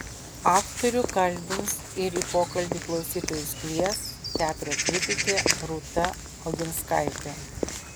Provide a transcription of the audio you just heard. aktorių kalbins ir į pokalbį klausytojus kvies teatro kritikė rūta oginskaitė